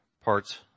parts